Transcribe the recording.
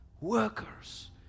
Workers